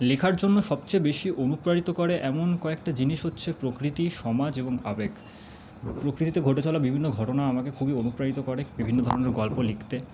লেখার জন্য সবচেয়ে বেশি অনুপ্রাণিত করে এমন কয়েকটা জিনিস হচ্ছে প্রকৃতি সমাজ এবং আবেগ প্রকৃতিতে ঘটে চলা বিভিন্ন ঘটনা আমাকে খুবই অনুপ্রাণিত করে বিভিন্ন ধরনের গল্প লিখতে